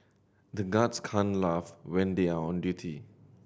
the guards can't laugh when they are on duty